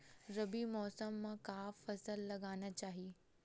रबी मौसम म का फसल लगाना चहिए?